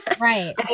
Right